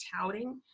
touting